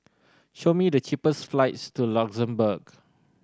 show me the cheapest flights to Luxembourg